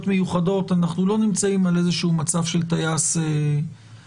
מיוחדות אנחנו לא נמצאים על איזשהו מצב של טייס אוטומטי.